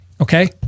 Okay